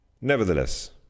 Nevertheless